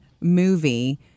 movie